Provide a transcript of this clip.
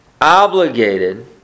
Obligated